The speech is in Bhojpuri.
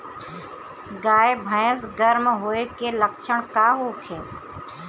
गाय भैंस गर्म होय के लक्षण का होखे?